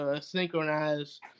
synchronize